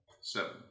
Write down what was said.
Seven